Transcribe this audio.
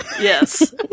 Yes